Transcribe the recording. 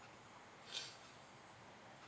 to um